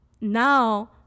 now